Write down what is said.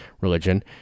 religion